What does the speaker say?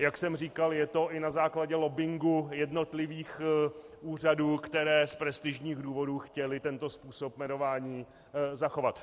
Jak jsem říkal, je to i na základě lobbingu jednotlivých úřadů, které z prestižních důvodů chtěly tento způsob jmenování zachovat.